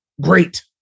great